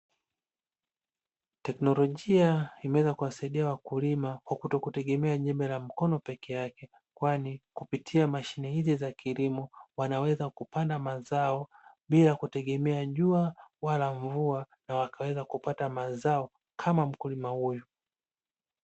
Teknolojia imeweza kuwasaidia wakulima kwa kutokutegemea jembe la mkono peke yake, kwani kupitia mashine hizi za kilimo wanaweza kupanda mazao bila kutegemea jua wala mvua na wakaweza kupata mazao kama mkulima huyu.